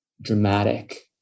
dramatic